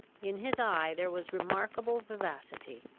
in his eye there was remarkable vivacity,